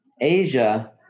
Asia